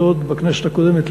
זה עוד בכנסת הקודמת,